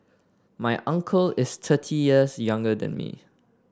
my uncle is thirty years younger than me